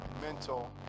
mental